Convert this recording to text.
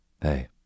Hey